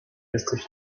jesteś